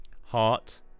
heart